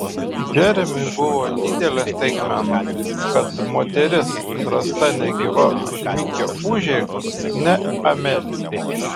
džeremiui buvo didelė staigmena kad moteris rasta negyva už mikio užeigos ne amelija